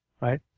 right